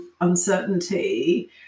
uncertainty